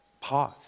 pause